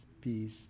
peace